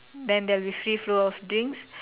then there'll be free flow of drinks